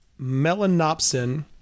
melanopsin